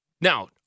Now